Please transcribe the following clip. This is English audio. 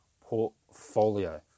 Portfolio